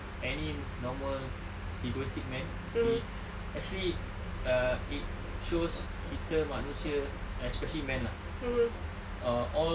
any normal egoistic man he actually uh it shows kita manusia especially man ah uh all